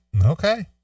Okay